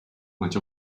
much